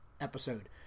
episode